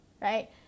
right